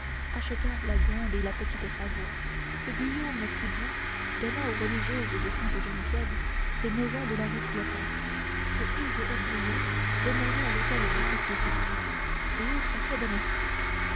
acheta la grande et petite savoie que guillaume thiboust donna aux religieuses de sainte-geneviève ses maisons de la rue clopin que hugues aubriot demeurait à l'hôtel du porc-épic et autres faits domestiques